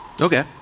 Okay